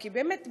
כי באמת,